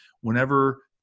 Whenever